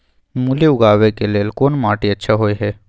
मूली उगाबै के लेल कोन माटी अच्छा होय है?